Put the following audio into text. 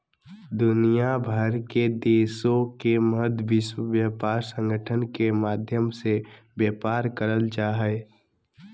दुनिया भर के देशों के मध्य विश्व व्यापार संगठन के माध्यम से व्यापार करल जा हइ